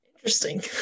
interesting